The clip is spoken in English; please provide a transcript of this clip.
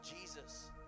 Jesus